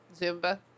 Zumba